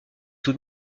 tout